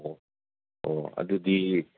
ꯑꯣ ꯑꯣ ꯑꯗꯨꯗꯤ